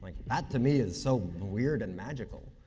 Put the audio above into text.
that, to me, is so weird and magical.